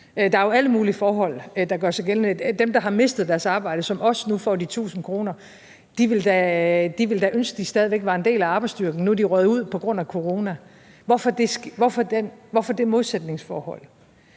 Der er jo alle mulige forhold, der gør sig gældende. Dem, der har mistet deres arbejde, som også nu får de 1.000 kr., ville da ønske, at de stadig væk var en del af arbejdsstyrken. Nu er de røget ud på grund af corona. Hvorfor det modsætningsforhold?